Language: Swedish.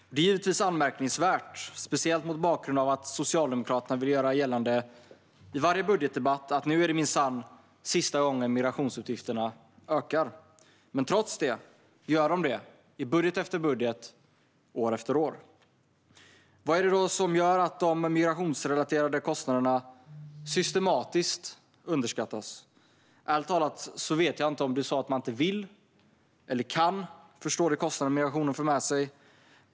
Det är givetvis anmärkningsvärt, speciellt mot bakgrund av att Socialdemokraterna vill göra gällande i varje budgetdebatt att nu är det minsann sista gången migrationsutgifterna ökar. Trots det gör de det i budget efter budget, år efter år. Vad är det då som gör att de migrationsrelaterade kostnaderna systematiskt underskattas? Ärligt talat vet jag inte om man inte vill eller kan förstå vilka kostnader migrationen för med sig.